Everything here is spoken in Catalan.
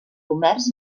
comerç